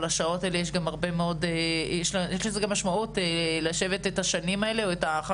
אבל יש לזה גם משמעות לשבת בשנים האלה או בשעות